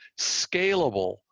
scalable